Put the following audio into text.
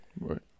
Right